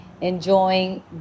enjoying